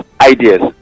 ideas